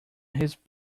his